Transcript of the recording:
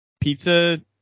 pizza